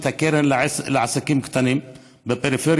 יש את הקרן לעסקים קטנים בפריפריה,